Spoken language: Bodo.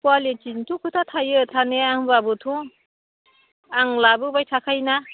कुवालिटिनिथ' खोथा थायो थानाया होमब्लाबोथ' आं लाबोबाय थाखायोना